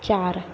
चार